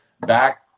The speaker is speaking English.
back